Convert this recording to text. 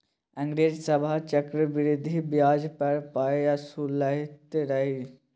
अंग्रेज सभ चक्रवृद्धि ब्याज पर पाय असुलैत रहय